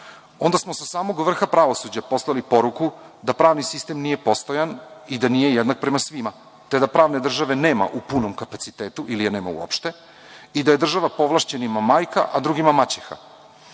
onda smo sa samog vrha pravosuđa poslali poruku da pravni sistem nije postojan i da nije jednak prema svima, te da pravne države nema u punom kapacitetu ili je nema uopšte i da je država povlašćenima majka, a drugima maćeha. Ako